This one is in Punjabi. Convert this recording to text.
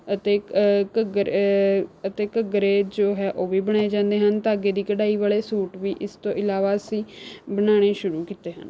ਅਤੇ ਘੱਗਰ ਅਤੇ ਘੱਗਰੇ ਜੋ ਹੈ ਉਹ ਵੀ ਬਣਾਏ ਜਾਂਦੇ ਹਨ ਧਾਗੇ ਦੀ ਕਢਾਈ ਵਾਲੇ ਸੂਟ ਵੀ ਇਸ ਤੋਂ ਇਲਾਵਾ ਅਸੀਂ ਬਣਾਉਣੇ ਸ਼ੂਰੁ ਕੀਤੇ ਹਨ